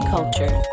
Culture